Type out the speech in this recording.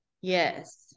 Yes